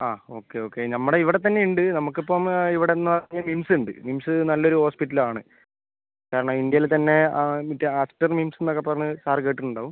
ആ okay okay നമ്മുടെ ഇവിടെത്തന്നെ ഉണ്ട് നമുക്ക് ഇപ്പം ഇവിടെനിന്ന് മിംസ് ഉണ്ട് മിംസ് നല്ലൊരു ഹോസ്പിറ്റൽ ആണ് കാരണം ഇന്ത്യയിൽ തന്നെ ആ എന്നിട്ട് ആസ്റ്റർ മിംസ് എന്നൊക്കെ പറഞ്ഞ് സാർ കേട്ടിട്ടുണ്ടാകും